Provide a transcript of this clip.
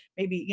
maybe, you